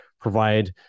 provide